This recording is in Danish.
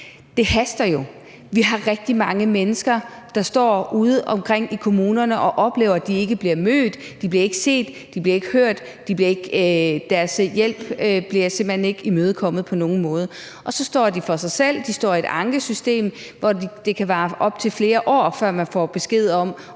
Det haster jo. Vi har rigtig mange mennesker udeomkring i kommunerne, der oplever, at de ikke bliver mødt, at de ikke bliver set, at de ikke bliver hørt, at de i forhold til at få hjælp simpelt hen ikke bliver imødekommet på nogen måder. Og så står de alene – de står i et ankesystem, hvor det kan vare op til flere år, før man får besked om,